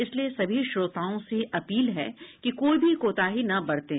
इसलिए सभी श्रोताओं से अपील है कि कोई भी कोताही न बरतें